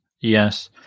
yes